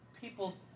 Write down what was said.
people